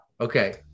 okay